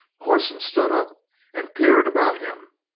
corson stood up and peered about him.